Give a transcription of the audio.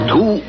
Two